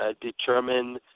determine